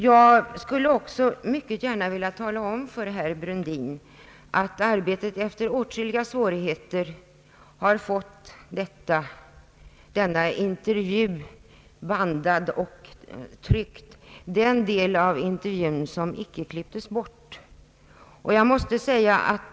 Jag vill också mycket gärna tala om för herr Brundin att Arbetet efter åtskilliga svårigheter har fått intervjun bandad och utskriven — dvs. den del av intervjun som icke klipptes bort.